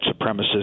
supremacists